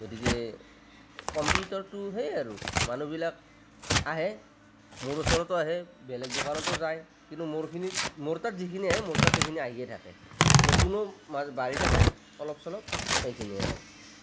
গতিকে কম্পিটিটৰটো সেই আৰু মানুহবিলাক আহে মোৰ ওচৰতো আহে বেলেগ দোকানতো যায় কিন্তু মোৰখিনি মোৰ তাত যিখিনি আহে মোৰ তাত সেইখিনি আহিয়েই থাকে নতুনো বাঢ়ি থাকে অলপ চলপ সেইখিনিয়েই আৰু